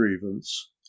grievance